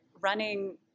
running